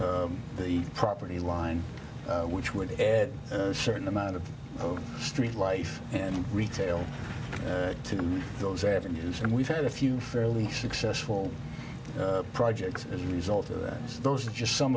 to the property line which would add a certain amount of street life and retail to those avenues and we've had a few fairly successful projects as a result of that those are just some